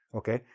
okay?